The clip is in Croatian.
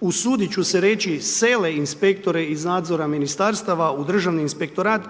usudit ću se reći sele inspektore iz nadzora ministarstva u državni inspektorat